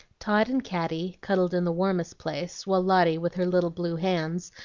tot and caddy cuddled in the warmest place, while lotty, with her little blue hands,